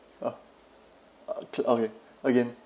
uh ok~ okay again